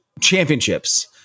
championships